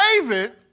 David